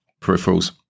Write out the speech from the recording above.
peripherals